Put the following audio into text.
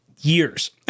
years